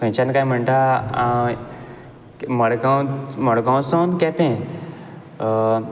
खंयच्यान कांय म्हणटा मडगांव मडगांव सोन केपें